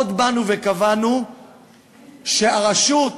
עוד קבענו שהרשות,